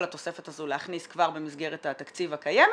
התוספת הזו להכניס כבר במסגרת התקציבית הקיימת,